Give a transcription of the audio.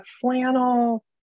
flannel